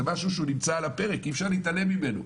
זה משהו שנמצא על הפרק, אי אפשר להתעלם ממנו.